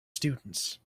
students